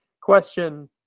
question